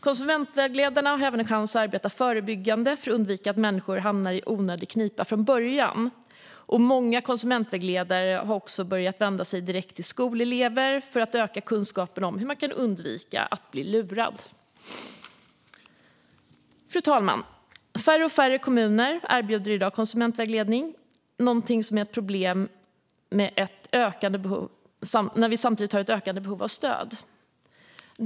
Konsumentvägledarna har även en chans att arbeta förebyggande för att undvika att människor hamnar i onödig knipa från början, och många konsumentvägledare har också börjat vända sig direkt till skolelever för att öka kunskapen om hur man kan undvika att bli lurad. Fru talman! Färre och färre kommuner erbjuder i dag konsumentvägledning, något som är ett problem när vi samtidigt har ett ökande behov av stöd.